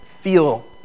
feel